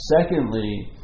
Secondly